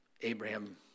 Abraham